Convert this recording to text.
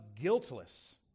guiltless